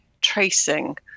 tracing